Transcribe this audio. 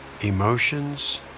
emotions